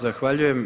Zahvaljujem.